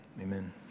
Amen